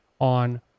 on